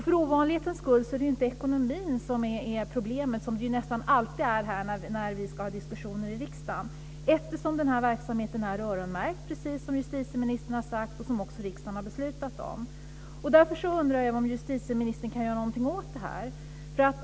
För ovanlighetens skull är det inte ekonomin som är problemet, som det nästan alltid är i diskussioner i riksdagen, eftersom verksamheten är öronmärkt - som justitieministern har sagt och som riksdagen har beslutat om. Därför undrar jag om justitieministern kan göra någonting åt detta.